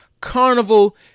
Carnival